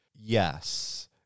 yes